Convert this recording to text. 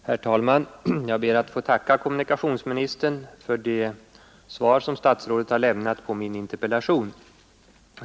Herr talman! Jag ber att få tacka kommunikationsministern för det svar statsrådet har lämnat på min interpellation.